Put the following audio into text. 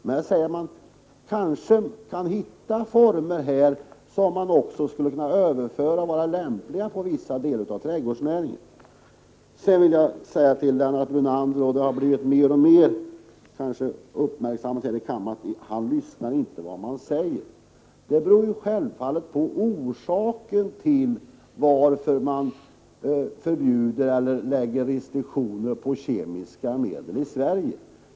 Men man säger att man kanske kan hitta former som också skulle kunna vara lämpliga för vissa delar av trädgårdsnäringen. Sedan vill jag med anledning av Lennart Brunanders inlägg säga vad som kanske har blivit mer och mer uppmärksammat här i kammaren: Han lyssnar inte på vad andra talare säger. Vi måste självfallet se på orsaken till att man förbjuder eller inför restriktioner för kemiska medel i Sverige.